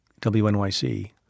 WNYC